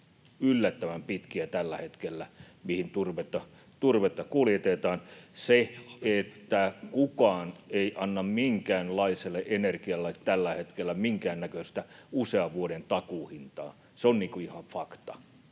yllättävän pitkiä tällä hetkellä, mihin turvetta kuljetetaan. Se, että kukaan ei anna minkäänlaiselle energialle tällä hetkellä minkäännäköistä usean vuoden takuuhintaa, on ihan fakta.